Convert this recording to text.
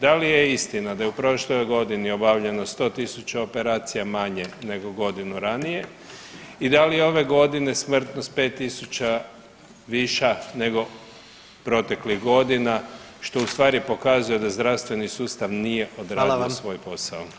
Da li je istina da je u prošloj godini obavljeno 100.000 operacija manje nego godinu ranije i da li je ove godine smrtnost 5.000 viša nego proteklih godina što u stvari pokazuje da zdravstveni sustav nije [[Upadica: Hvala vam.]] odradio svoj posao.